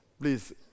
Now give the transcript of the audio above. please